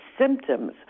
symptoms